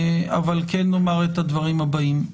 אבל כן לומר את הדברים הבאים.